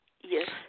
Yes